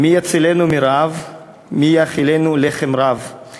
"מי יצילנו מרעב?/ מי יאכילנו לחם רב?/